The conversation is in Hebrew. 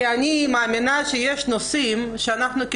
כי אני מאמינה שיש נושאים שאנחנו,